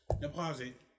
Deposit